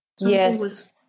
Yes